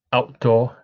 Outdoor